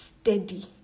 steady